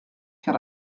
car